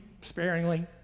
sparingly